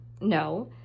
No